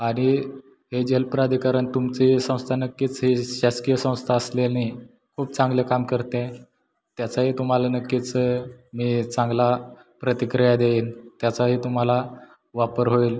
आणि हे जल प्राधिकारण तुमची संस्था नक्कीच हे शासकीय संस्था असल्याने खूप चांगलं काम करते त्याचाही तुम्हाला नक्कीच मी चांगला प्रतिक्रिया देईन त्याचाही तुम्हाला वापर होईल